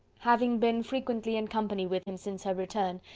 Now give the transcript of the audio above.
having been frequently in company with him since her return,